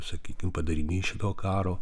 sakykim padarinys šito karo